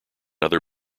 other